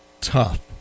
tough